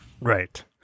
Right